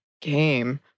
game